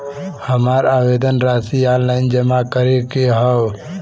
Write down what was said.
हमार आवेदन राशि ऑनलाइन जमा करे के हौ?